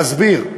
אסביר: